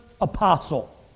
Apostle